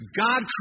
God